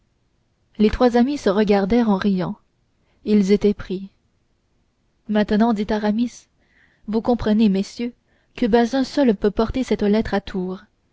les trois amis se regardèrent en riant ils étaient pris maintenant dit aramis vous comprenez messieurs que bazin seul peut porter cette lettre à tours